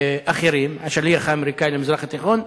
השליח האמריקני למזרח התיכון,